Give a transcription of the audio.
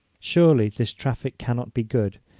surely this traffic cannot be good,